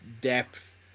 depth